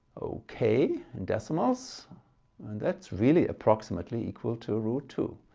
okay in decimals and that's really approximately equal to root two.